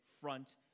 front